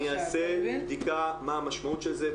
אני אעשה בדיקה מה המשמעות של זה,